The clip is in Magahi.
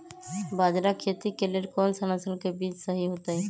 बाजरा खेती के लेल कोन सा नसल के बीज सही होतइ?